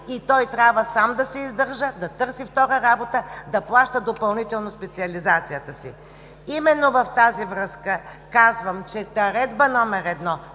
и той трябва сам да се издържа, да търси втора работа, за да плаща допълнително специализацията си. В тази връзка ще кажа, че Наредба № 1